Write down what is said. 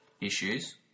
issues